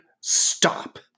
Stop